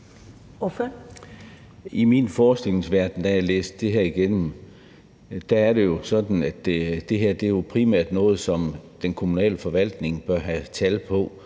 I min forestillingsverden – da jeg læste det her igennem – er det sådan, at det her primært er noget, som den kommunale forvaltning bør have tal på,